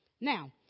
Now